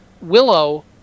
Willow